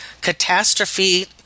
catastrophe